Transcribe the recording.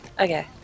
Okay